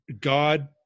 God